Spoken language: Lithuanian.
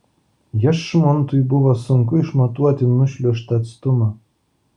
jašmontui buvo sunku išmatuoti nušliuožtą atstumą